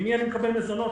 ממי אני מקבל מזונות?